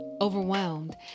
overwhelmed